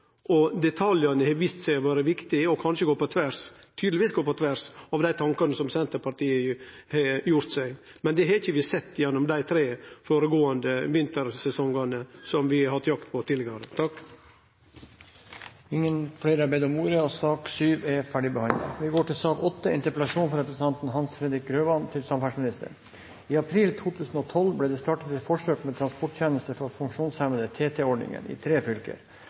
og detaljane har vist seg å vere viktige og tydelegvis går på tvers av dei tankane som Senterpartiet har gjort seg. Men det har vi ikkje sett gjennom dei tre føregåande vintersesongane som vi har hatt jakt på tidlegare. Flere har ikke bedt om ordet til sak nr. 7. Ordningen med tilrettelagt transport, ofte kalt TT-ordningen, er avgjørende for personer som ikke kan benytte seg av det ordinære kollektivtilbudet. Dette handler i bunn og grunn om helt sentrale prinsipper i vårt samfunn, det å skape et inkluderende samfunn for